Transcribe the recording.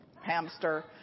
hamster